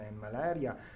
malaria